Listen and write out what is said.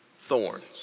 thorns